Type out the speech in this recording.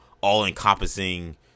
all-encompassing